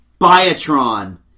Biotron